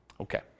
Okay